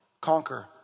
conquer